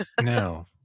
No